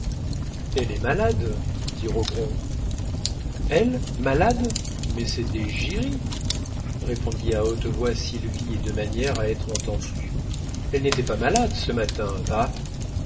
elle est malade dit rogron elle malade mais c'est des giries répondit à haute voix sylvie et de manière à être entendue elle n'était pas malade ce matin va